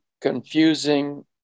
confusing